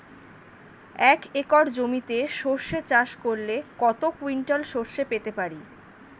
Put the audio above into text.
এক একর জমিতে সর্ষে চাষ করলে কত কুইন্টাল সরষে পেতে পারি?